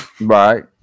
Right